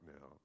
now